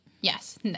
Yes